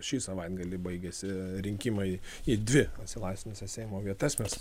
šį savaitgalį baigėsi rinkimai į dvi atsilaisvinusias seimo vietas mes